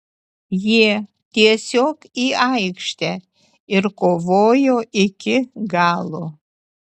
jie tiesiog į aikštę ir kovojo iki galo